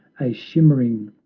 a shimmering,